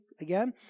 again